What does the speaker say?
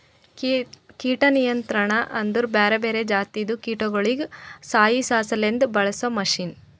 ಕೀಟ ನಿಯಂತ್ರಣ ಅಂದುರ್ ಬ್ಯಾರೆ ಬ್ಯಾರೆ ಜಾತಿದು ಕೀಟಗೊಳಿಗ್ ಸಾಯಿಸಾಸಲೆಂದ್ ಬಳಸ ಮಷೀನ್